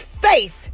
faith